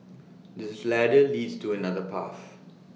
this ladder leads to another path